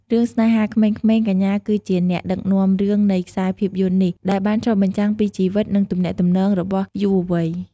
រឿង ស្នេហាក្មេងៗ កញ្ញាគឺជាអ្នកដឹកនាំរឿងនៃខ្សែភាពយន្តនេះ ដែលបានឆ្លុះបញ្ចាំងពីជីវិត និងទំនាក់ទំនងរបស់យុវវ័យ។